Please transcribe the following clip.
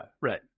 right